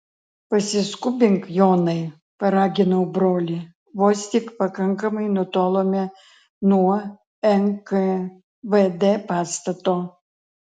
pasiskubink jonai paraginau brolį vos tik pakankamai nutolome nuo nkvd pastato